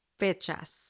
fechas